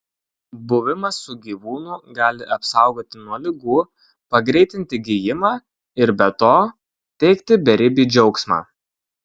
buvimas su gyvūnu gali apsaugoti nuo ligų pagreitinti gijimą ir be to teikti beribį džiaugsmą